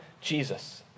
Jesus